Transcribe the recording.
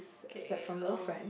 okay uh